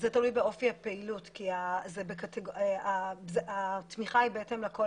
זה תלוי באופי הפעילות כי התמיכה היא לקול